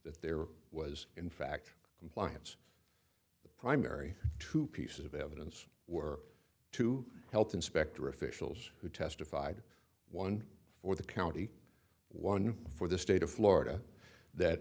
that there was in fact compliance the primary two pieces of evidence were to health inspector officials who testified one for the county one for the state of florida that